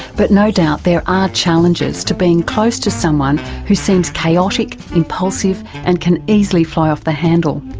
but no doubt there are challenges to being close to someone who seems chaotic, impulsive, and can easily fly off the handle.